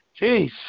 Jeez